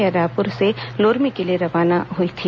यह रायपुर से लोरमी के लिए रवाना हुई थी